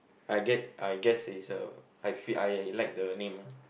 I get I guess it's a I feel I like the name ah